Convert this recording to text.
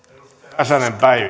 arvoisa